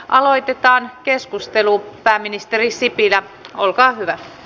aloitetaan keskustelu pääministeri sipilä olkaa hyvä